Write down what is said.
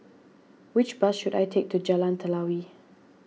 which bus should I take to Jalan Telawi